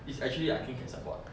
it's actually I can can support